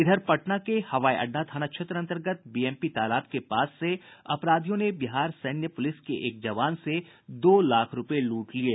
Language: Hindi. इधर पटना के हवाई अड्डा थाना क्षेत्र अन्तर्गत बीएमपी तालाब के पास से अपराधियों ने बिहार सैन्य पुलिस के एक जवान से दो लाख रूपये लूट लिये